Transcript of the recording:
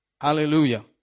Hallelujah